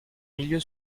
milieu